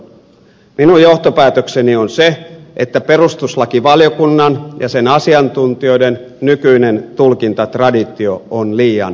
minun johtopäätökseni on se että perustuslakivaliokunnan ja sen asiantuntijoiden nykyinen tulkintatraditio on liian tiukka